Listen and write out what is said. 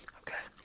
okay